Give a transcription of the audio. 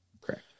Correct